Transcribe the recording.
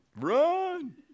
Run